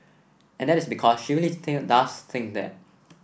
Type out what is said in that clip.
and that is because she really does think that